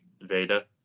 Veda